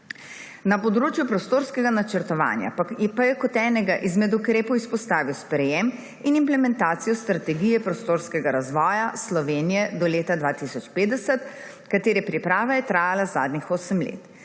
Na področju prostorskega načrtovanja pa je kot enega izmed ukrepov izpostavil sprejetje in implementacijo Strategije prostorskega razvoja Slovenije do leta 2050, katere priprava je trajala zadnjih osem let.